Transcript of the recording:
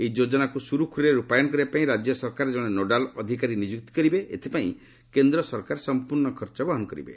ଏହି ଯୋଜନାକୁ ସୁରୁଖୁରୁରେ ରୁପାୟନ କରିବା ପାଇଁ ରାଜ୍ୟ ସରକାର ଜଣେ ନୋଡାଲ ଅଧିକାରୀ ନିଯୁକ୍ତ କରିବେ ଏଥିପାଇଁ କେନ୍ଦ୍ର ସରକାର ସମ୍ପୂର୍ଣ୍ଣ ଖର୍ଚ୍ଚ ବହନ କରିବେ